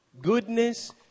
goodness